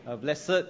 blessed